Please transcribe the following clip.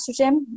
estrogen